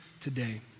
today